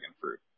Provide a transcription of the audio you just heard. fruit